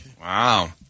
Wow